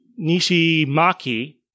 Nishimaki